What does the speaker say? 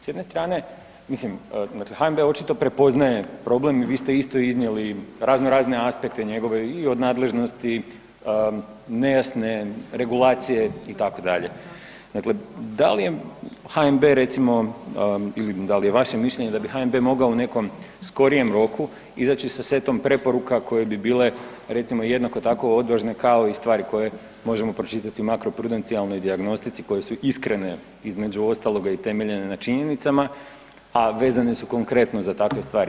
S jedne strane, mislim, dakle HNB očito prepoznaje problem i vi ste isto iznijeli razno razne aspekte njegove i od nadležnosti, nejasne regulacije, itd., dakle da li je HNB recimo, ili da li je vaše mišljenje da bi HNB mogao u nekom skorijem roku izaći sa setom preporuka koja bi bile, recimo, jednako tako odvažne kao i stvari koje možemo pročitati u makroprudencijalnoj dijagnostici koje su iskrene, između ostaloga, i temeljene na činjenicama, a vezano su, konkretno za takve stvari.